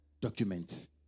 documents